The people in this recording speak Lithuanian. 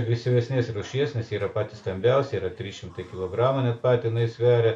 agresyvesnės rūšies nes yra patys stambiausi yra trys šimtai kilogramų net patinai sveria